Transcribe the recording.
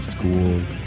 schools